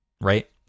right